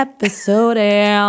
Episode